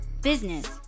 business